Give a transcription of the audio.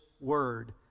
word